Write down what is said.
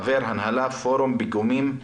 חבר הנהלה פורום פיגומים בטפסות.